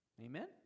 Amen